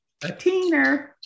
teener